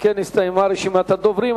אם כן, נסתיימה רשימת הדוברים.